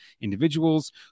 individuals